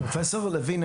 פרופסור לוין,